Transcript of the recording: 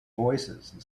voicesand